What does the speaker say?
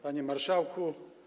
Panie Marszałku!